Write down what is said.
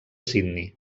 sydney